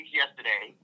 yesterday